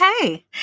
Okay